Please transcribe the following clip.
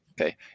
okay